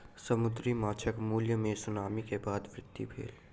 समुद्री माँछक मूल्य मे सुनामी के बाद वृद्धि भेल